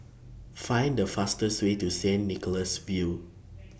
Find The fastest Way to Saint Nicholas View